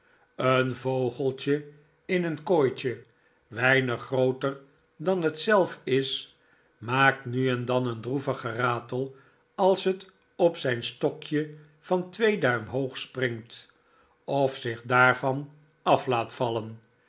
house vogeltje in een kooitje weinig grooter dan het zelf is maakt nu en dan een droevig geratel als het op zijn stokje van twee duim hoog springt of zich daarvan af laat vallen